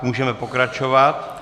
Můžeme pokračovat.